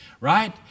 Right